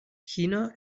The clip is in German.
china